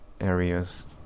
areas